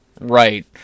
Right